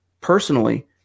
personally